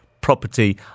property